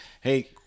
Hey